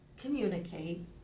communicate